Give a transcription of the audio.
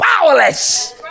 Powerless